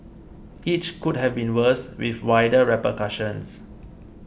each could have been worse with wider repercussions